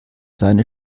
seine